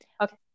Okay